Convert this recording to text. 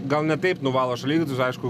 gal ne taip nuvalo šaligatvius aišku